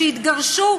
שהתגרשו,